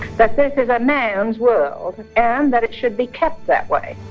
that this is a man's world and that it should be kept that way